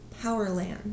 powerland